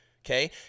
Okay